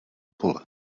pole